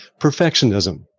perfectionism